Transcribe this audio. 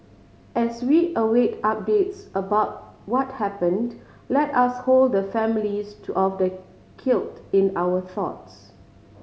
as we await updates about what happened let us hold the families to of the killed in our thoughts